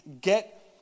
get